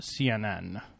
CNN